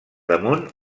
damunt